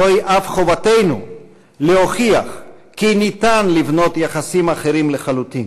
זוהי אף חובתנו להוכיח כי ניתן לבנות יחסים אחרים לחלוטין.